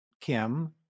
Kim